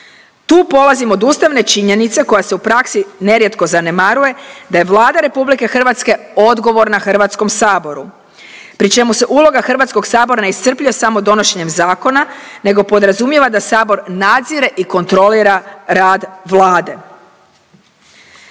Tu polazimo od ustavne činjenice koja se u praksi nerijetko zanemaruje da je Vlada RH odgovorna HS-u, pri čemu se uloga HS-a ne iscrpljuje samo donošenjem zakona, nego podrazumijeva da Sabor nadzire i kontrolira rad Vlade.